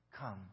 come